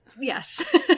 Yes